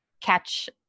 catch